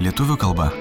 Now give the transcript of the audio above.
lietuvių kalba